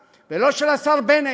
לא של השר כץ ולא של השר בנט,